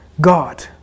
God